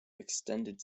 extended